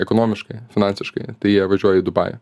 ekonomiškai finansiškai tai jie važiuoja į dubajų